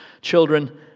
children